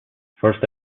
first